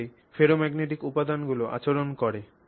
এইভাবেই ফেরোম্যাগনেটিক উপাদানগুলি আচরণ করে